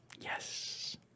Yes